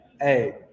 hey